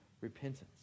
repentance